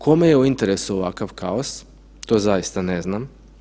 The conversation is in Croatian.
Kome je u interesu ovakav kaos to zaista ne znam.